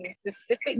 specific